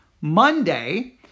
Monday